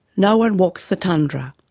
no one walks the tundra,